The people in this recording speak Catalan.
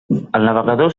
navegador